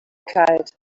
kalt